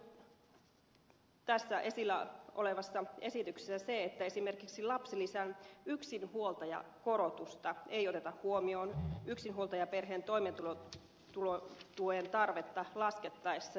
mahdollistetaanko nyt tässä esillä olevassa esityksessä se että esimerkiksi lapsilisän yksinhuoltajakorotusta ei oteta huomioon yksinhuoltajaperheen toimeentulotuen tarvetta laskettaessa